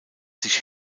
sich